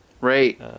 Right